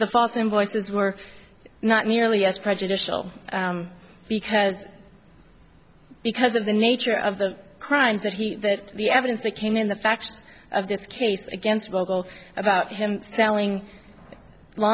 the fault invoices were not nearly as prejudicial because because of the nature of the crimes that he that the evidence that came in the facts of this case against vocal about him tell